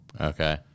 okay